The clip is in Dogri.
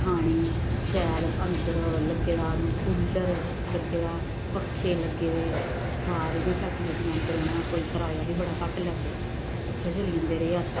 खाने गी शैल अंदर लग्गे दा कूलर लग्गे दा पक्खे लग्गे दे सारियां गै फैसलिटियां अंदर उ'नें कोई कराया बी बड़ा घट्ट लैंदे उत्थें चली जंदे रेह् अस